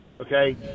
Okay